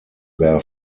their